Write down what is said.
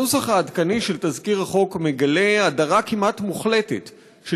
הנוסח העדכני של תזכיר החוק מגלה הדרה כמעט מוחלטת של